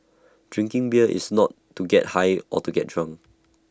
drinking beer is not to get high or get drunk